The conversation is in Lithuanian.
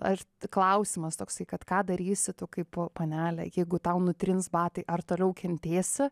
ar klausimas toksai kad ką darysi tu kaip panelė jeigu tau nutrins batai ar toliau kentėsi